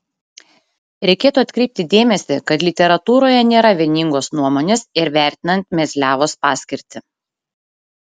reikėtų atkreipti dėmesį kad literatūroje nėra vieningos nuomonės ir vertinant mezliavos paskirtį